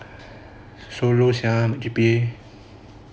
G_P_A